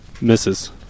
Misses